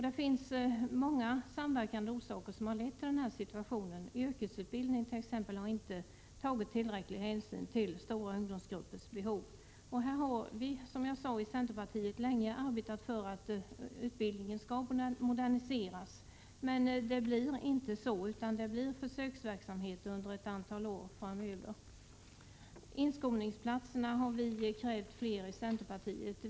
Det finns många samverkande orsaker till denna situation. I yrkesutbildningen har det t.ex. inte tagits tillräcklig hänsyn till stora ungdomsgruppers behov. I centerpartiet har vi länge arbetat för att utbildningen skall moderniseras, men så blir inte fallet, utan vi får i stället en försöksverksamhet under ett antal år framöver. Vi har från centerpartiet krävt flera inskolningsplatser.